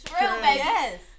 Yes